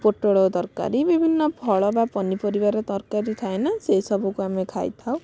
ପୋଟଳ ତରକାରି ବିଭିନ୍ନ ଫଳ ବା ପନିପରିବାରେ ତରକାରି ଥାଏ ନା ସେଇସବୁକୁ ଆମେ ଖାଇଥାଉ